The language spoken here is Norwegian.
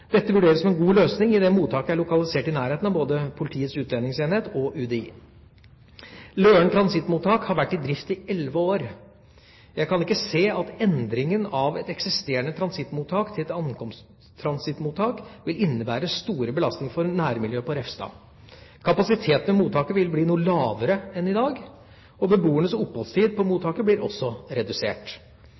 Dette vurderes som en god løsning, idet mottaket er lokalisert i nærheten av både Politiets utlendingsenhet og UDI. Løren transittmottak har vært i drift i elleve år. Jeg kan ikke se at endringen av et eksisterende transittmottak til et ankomsttransittmottak vil innebære store belastninger for nærmiljøet på Refstad. Kapasiteten ved mottaket vil bli noe lavere enn i dag, og beboernes oppholdstid på mottaket blir også redusert.